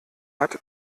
hat